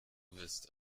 wirst